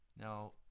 Now